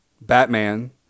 Batman